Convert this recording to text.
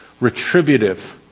retributive